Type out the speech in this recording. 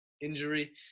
injury